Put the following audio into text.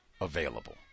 available